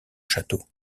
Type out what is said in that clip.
château